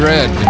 Red